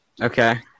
Okay